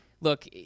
look